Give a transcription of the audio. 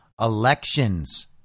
elections